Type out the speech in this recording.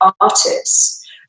artists